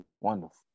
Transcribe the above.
Wonderful